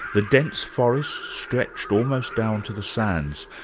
the dense forest stretched almost down to the sands,